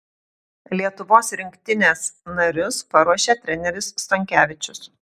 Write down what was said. lietuvos rinktinės narius paruošė treneris stonkevičius